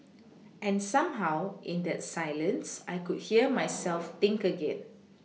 and somehow in that silence I could hear myself think again